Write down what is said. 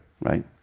right